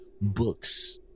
books